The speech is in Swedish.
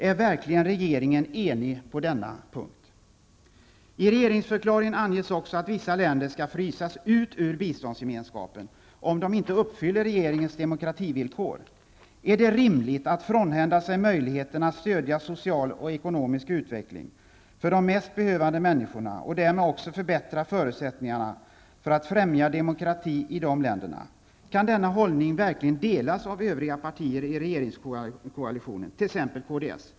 Är verkligen regeringen enig på denna punkt? I regeringsförklaringen anges också att vissa länder skall frysas ut ur biståndsgemenskapen om de inte uppfyller regeringens demokrativillkor. Är det rimligt att frånhända sig möjligheten att stödja social och ekonomisk utveckling för de mest behövande människorna och därmed också förbättra förutsättningarna för att främja demokrati i de länderna? Kan denna hållning verkligen delas av övriga partier i regeringskoalitionen, t.ex. kds?